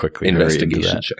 investigation